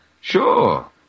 Sure